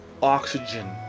Oxygen